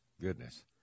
Goodness